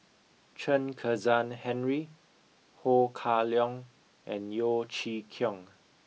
Chen Kezhan Henri Ho Kah Leong and Yeo Chee Kiong